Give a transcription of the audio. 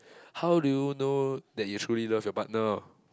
how do you know that you truly love your partner ah